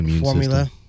formula